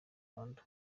rwanda